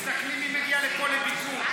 תסתכלי מי מגיע לפה לביקור.